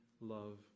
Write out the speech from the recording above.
love